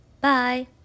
Bye